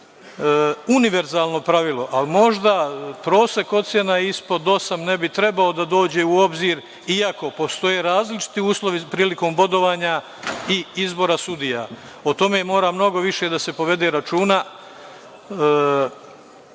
univerzalno pravilo, ali možda prosek ocena ispod osam ne bi trebao da dođe u obzir, iako postoje različiti uslovi prilikom bodovanja i izbora sudija. O tome mora mnogo više da se povede računa. Svedok